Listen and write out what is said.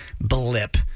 blip